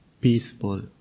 peaceful